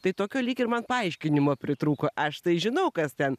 tai tokio lyg ir man paaiškinimo pritrūko aš tai žinau kas ten